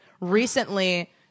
recently